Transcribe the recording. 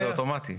זה אוטומטי.